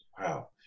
wow